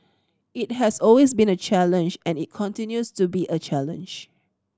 it has always been a challenge and it continues to be a challenge